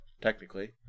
technically